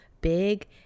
big